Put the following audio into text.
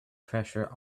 pressure